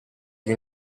del